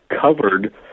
covered